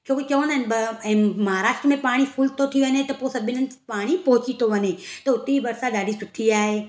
छोकी चवंदा आहिनि महाराष्ट्र मेंं पाणी फुल थो थी वञे त सभिनि हंधि पाणी पहुची थो वञे त उते हीअं बरसाति ॾाढी सुठी आहे